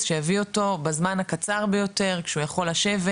שיביא אותו בזמן הקצר ביותר כשהוא יכול לשבת,